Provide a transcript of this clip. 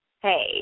Hey